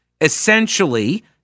Essentially